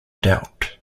dealt